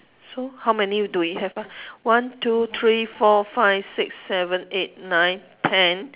so how many do we have ah one two three four five six seven eight nine ten